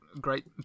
great